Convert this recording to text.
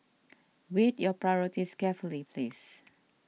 weigh your priorities carefully please